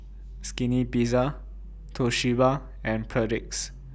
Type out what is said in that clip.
Skinny Pizza Toshiba and Perdix